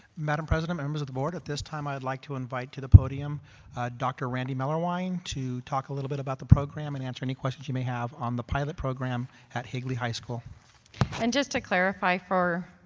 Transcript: madame president, members of the board at this time i would like to invite to the podium dr. randy mahlerwein to talk a little bit about the program and answer any questions you may have on the pilot program at higley high school an just to clarify for